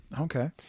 okay